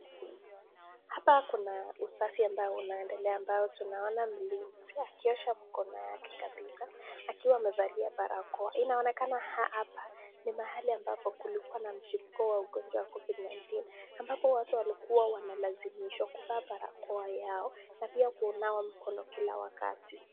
Hapa Kuna usafi ambao unaendele ambao tunaona mlinzi ambaye mkono wake kabisa akiwa amefalia barakoa inaonekana hapa ni mahali ambapo kulikuwa na mcheko ya kovid 19 ambapo watu wanalasimishwa kufaa barakoa yao na pia kunawa mkono Kila wakati .